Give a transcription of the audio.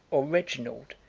or reginald,